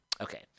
Okay